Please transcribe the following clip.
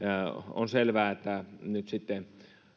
on selvää että nyt sitten